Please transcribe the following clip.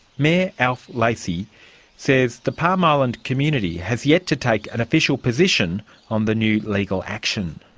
mayor alf lacey says the palm island community has yet to take an official position on the new legal action.